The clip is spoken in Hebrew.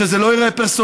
כדי שזה לא ייראה פרסונלי.